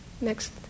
next